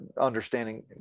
understanding